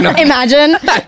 Imagine